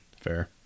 Fair